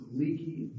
leaky